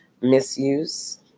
misuse